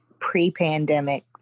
pre-pandemic